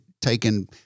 taken